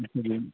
ج